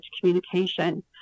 communication